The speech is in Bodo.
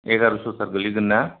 एगार'सथार गोग्लैगोन ना